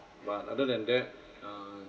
but other than that err